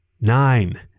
Nine